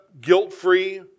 guilt-free